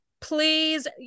please